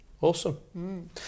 Awesome